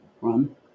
run